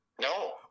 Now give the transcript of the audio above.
No